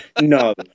No